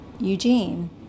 Eugene